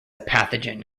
pathogen